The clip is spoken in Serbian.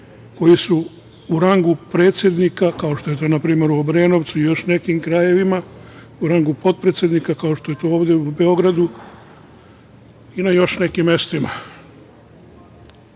koji su u rangu predsednika, kao što je to, na primer, u Obrenovcu i još nekim krajevima, u rangu potpredsednika, kao što je to ovde u Beogradu i na još nekim mestima. Ima